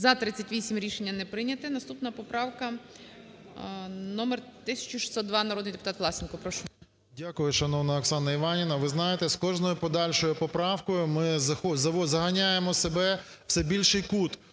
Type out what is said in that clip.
За-38 Рішення не прийняте. Наступна поправка номер 1602. Народний депутат Власенко. Прошу. 17:30:57 ВЛАСЕНКО С.В. Дякую, шановна Оксана Іванівна. Ви знаєте, з кожною подальшою поправкою ми загоняємо себе у все більший кут.